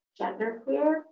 genderqueer